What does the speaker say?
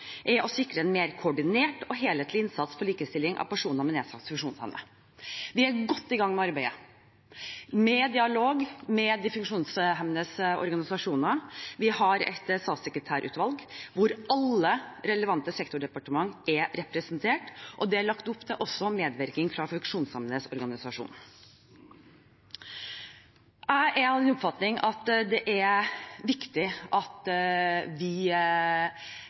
er å sikre en mer koordinert og helhetlig innsats for likestilling av personer med nedsatt funksjonsevne. Vi er godt i gang med arbeidet med dialog med de funksjonshemmedes organisasjoner. Vi har et statssekretærutvalg hvor alle relevante sektordepartement er representert, og det er lagt opp til medvirkning fra de funksjonshemmedes organisasjoner. Jeg er av den oppfatning at det er viktig at vi